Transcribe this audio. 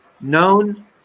Known